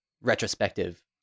retrospective